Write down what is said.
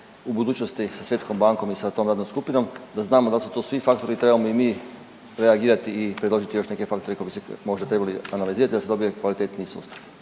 u budućnosti sa Svjetskom bankom i sa tom radnom skupinom da znamo da li su tu svi faktori? Trebamo li mi reagirati i predložiti još neke faktore koje biste možda trebali analizirati da se dobije kvalitetniji sustav?